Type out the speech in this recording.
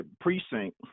precinct